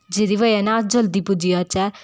जेह्दी बजह् 'नै अस जल्दी पुज्जी जाह्चै